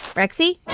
rexy?